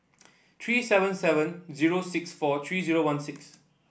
three seven seven zero six four three zero one six